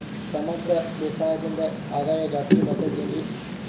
ಸಮಗ್ರ ಬೇಸಾಯದಿಂದ ಆದಾಯ ಜಾಸ್ತಿ ಬರತೈತೇನ್ರಿ?